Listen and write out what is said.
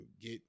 get